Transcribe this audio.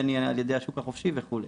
בין אם על ידי השוק החופשי וכו'.